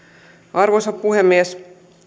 arvoisa puhemies